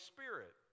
Spirit